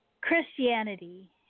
Christianity